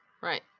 right